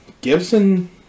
Gibson